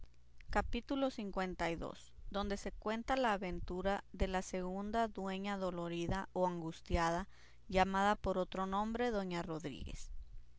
capítulo lii donde se cuenta la aventura de la segunda dueña dolorida o angustiada llamada por otro nombre doña rodríguez